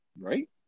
Right